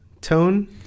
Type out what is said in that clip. tone